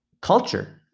culture